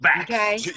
Okay